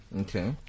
Okay